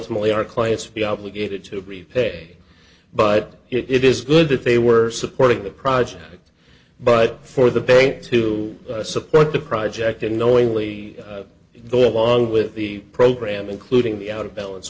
our clients be obligated to repay but it is good that they were supporting the project but for the bank to support the project unknowingly go along with the program including the out of balance